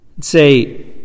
say